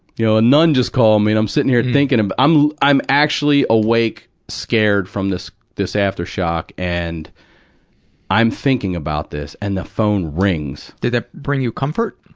you know a nun just called me. and i'm sitting here thinking and i'm i'm actually awake, scared from this this aftershock, and i'm thinking about this and the phone rings. did that bring you comfort?